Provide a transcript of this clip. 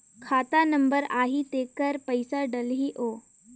खाता नंबर आही तेकर पइसा डलहीओ?